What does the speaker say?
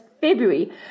February